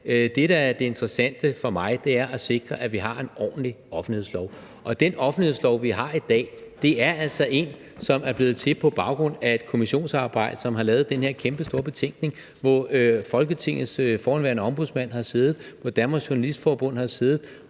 det interessante for mig, er at sikre, at vi har en ordentlig offentlighedslov. Og den offentlighedslov, vi har i dag, er altså en, som er blevet til på baggrund af et kommissionsarbejde, som har lavet den her kæmpestore betænkning – en kommission, som Folketingets forhenværende ombudsmand har siddet i; som Danmarks Journalistforbund har siddet